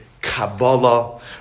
Kabbalah